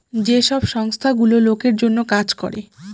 যে সব সংস্থা গুলো লোকের জন্য কাজ করে